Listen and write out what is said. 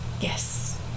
Yes